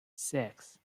six